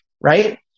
right